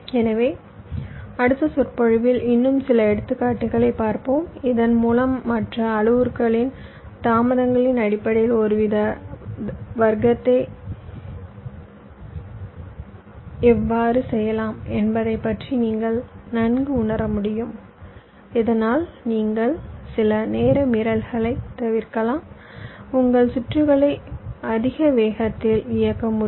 எனவே அடுத்த சொற்பொழிவில் இன்னும் சில எடுத்துக்காட்டுகளைப் பார்ப்போம் இதன்மூலம் மற்ற அளவுருக்களின் தாமதங்களின் அடிப்படையில் ஒருவித வர்த்தகத்தை எவ்வாறு செய்யலாம் என்பதைப் பற்றி நீங்கள் நன்கு உணர முடியும் இதனால் நீங்கள் சில நேர மீறல்களைத் தவிர்க்கலாம் உங்கள் சுற்றுகளை அதிக வேகத்தில் இயக்க முடியும்